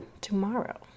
tomorrow